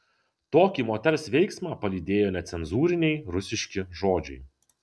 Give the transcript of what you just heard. tokį moters veiksmą palydėjo necenzūriniai rusiški žodžiai